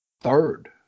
third